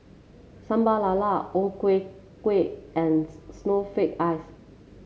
Sambal Lala O Ku Kueh and Snowflake Ice